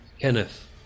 Kenneth